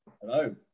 Hello